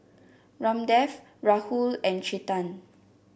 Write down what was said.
Ramdev Rahul and Chetan